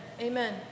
Amen